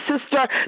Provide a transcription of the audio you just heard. Sister